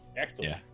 Excellent